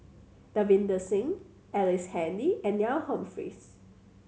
Davinder Singh Ellice Handy and Neil Humphreys